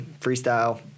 freestyle